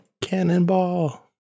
Cannonball